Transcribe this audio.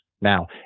Now